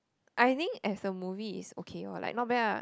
I think as a movie is okay lor like not bad ah